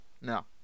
No